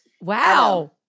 Wow